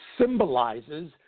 symbolizes